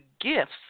gifts